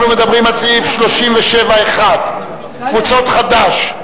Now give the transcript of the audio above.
אנחנו מדברים על סעיף 37(1) קבוצות חד"ש,